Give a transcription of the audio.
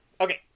Okay